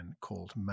called